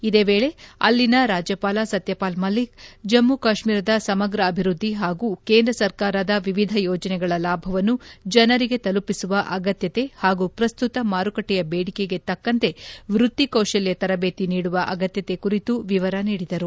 ಇದೇ ವೇಳೆ ಅಲ್ಲಿನ ರಾಜ್ಲಪಾಲ ಸತ್ಲಪಾಲ್ ಮಲ್ಲಿಕ್ ಜಮ್ನು ಕಾಶ್ನೀರದ ಸಮಗ್ರ ಅಭಿವೃದ್ದಿ ಹಾಗೂ ಕೇಂದ್ರ ಸರ್ಕಾರದ ವಿವಿಧ ಯೋಜನೆಗಳ ಲಾಭವನ್ನು ಜನರಿಗೆ ತಲುಪಿಸುವ ಅಗತ್ಭತೆ ಹಾಗೂ ಪ್ರಸ್ತುತ ಮಾರುಕಟ್ಟೆಯ ಬೇಡಿಕೆಗೆ ತಕ್ಕಂತೆ ವೃತ್ತಿ ಕೌಶಲ್ಲ ತರದೇತಿ ನೀಡುವ ಅಗತ್ತತೆ ಕುರಿತು ವಿವರ ನೀಡಿದರು